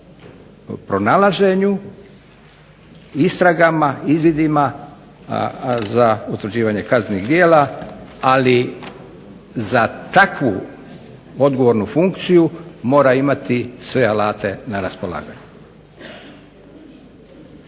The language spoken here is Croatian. pronalaženju istragama, izvidima za utvrđivanje kaznenih djela ali za takvu odgovornu funkciju mora imati sve alate na raspolaganju.